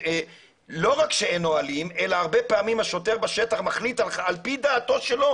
לא רק שאין נהלים אלא הרבה פעמים השוטר בשטח מחליט על פי דעתו שלו,